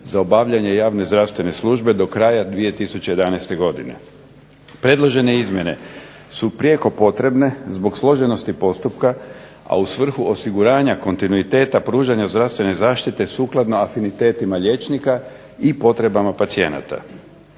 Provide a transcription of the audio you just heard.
za obavljanje javne zdravstvene službe do kraja 2011. godine. Predložene izmjene su prijeko potrebne zbog složenosti postupka, a u svrhu osiguranja kontinuiteta pružanja zdravstvene zaštite sukladno afinitetima liječnika i potrebama pacijenata.